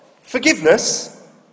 forgiveness